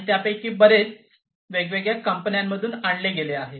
आणि त्यापैकी बरेच वेगवेगळ्या कंपन्यांमधून आणले आहे